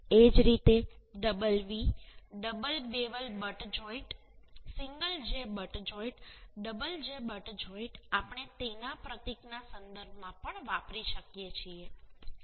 એ જ રીતે double V double bevel butt joint single j butt joint double j butt joint આપણે તેના પ્રતીકના સંદર્ભમાં પણ વાપરી શકીએ છીએ